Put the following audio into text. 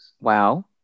Wow